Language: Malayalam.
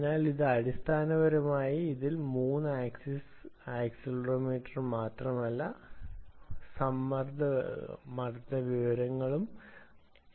അതിനാൽ അടിസ്ഥാനപരമായി ഇതിൽ 3 ആക്സിസ് ആക്സിലറോമീറ്റർ മാത്രമല്ല മർദ്ദ വിവരങ്ങളും അടങ്ങിയിരിക്കുന്നു